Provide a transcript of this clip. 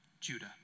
Judah